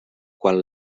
quan